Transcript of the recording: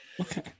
Okay